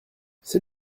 c’est